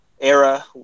era